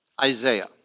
Isaiah